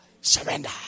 surrender